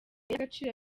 y’agaciro